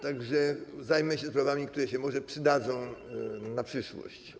Tak że zajmę się sprawami, które się może przydadzą na przyszłość.